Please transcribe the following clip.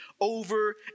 over